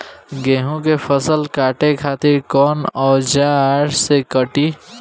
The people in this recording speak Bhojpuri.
गेहूं के फसल काटे खातिर कोवन औजार से कटी?